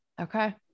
Okay